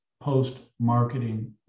post-marketing